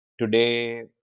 Today